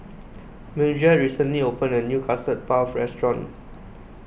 Mildred recently opened a new Custard Puff restaurant